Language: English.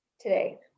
today